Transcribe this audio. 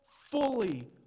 fully